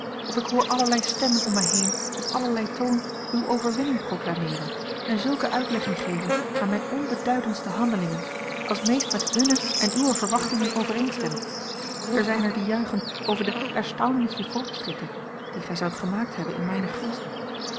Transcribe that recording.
of ik hoor allerlei stemmen om mij heen op allerlei toon uwe overwinning proclameeren en zulke uitlegging geven aan mijne onbeduidendste handelingen als meest met hunne en uwe verwachtingen overeenstemt er zijn er die juichen over de erstaunlichen fortschritte die gij zoudt gemaakt hebben in mijne gunst